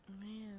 man